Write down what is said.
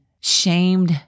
shamed